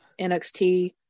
NXT